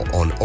on